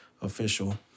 official